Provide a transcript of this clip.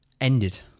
Ended